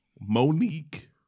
Monique